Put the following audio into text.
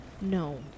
No